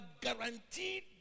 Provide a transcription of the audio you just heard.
guaranteed